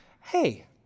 hey